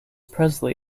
presley